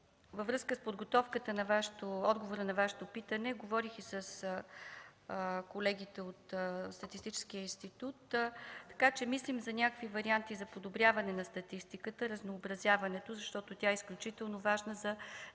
Във връзка с подготовката за отговора на Вашето питане говорих и с колегите от Националния статистическия институт. Мислим за някакви варианти за подобряване на статистиката, за разнообразяването й, защото тя е изключително важна за